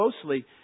closely